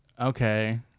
Okay